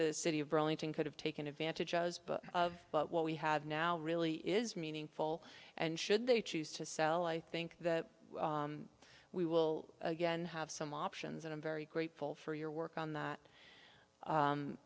burlington could have taken advantage of but what we have now really is meaningful and should they choose to sell i think that we will again have some options and i'm very grateful for your work on that